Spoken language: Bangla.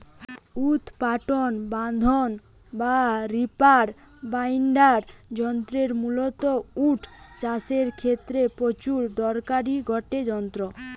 উৎপাটন বাঁধন বা রিপার বাইন্ডার যন্ত্র মূলতঃ ওট চাষের ক্ষেত্রে প্রচুর দরকারি গটে যন্ত্র